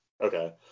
Okay